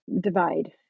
divide